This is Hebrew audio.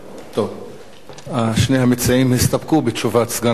שני המציעים הסתפקו בתשובת סגן השר.